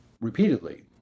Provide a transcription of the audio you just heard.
repeatedly